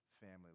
family